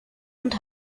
und